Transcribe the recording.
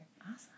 Awesome